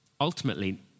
ultimately